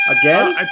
Again